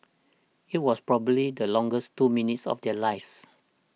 it was probably the longest two minutes of their lives